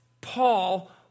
Paul